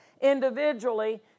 individually